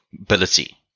ability